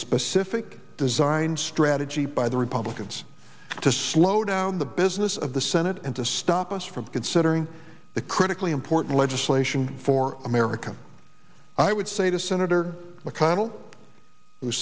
specific design strategy by the republicans to slow down the business of the senate and to stop us from considering the critically important legislation for america i would say to senator mcconnell who